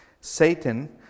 Satan